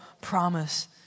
promise